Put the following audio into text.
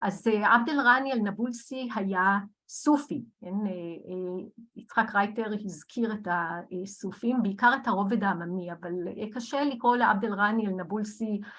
‫אז עבדאל רעני אל נבולסי היה סופי. ‫יצחק רייטר הזכיר את הסופים, ‫בעיקר את הרובד העממי, ‫אבל קשה לקרוא לעבדאל רעני אל נבולסי